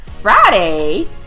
Friday